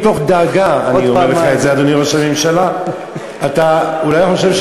מתוך דאגה אני אומר לך את זה, אדוני ראש הממשלה.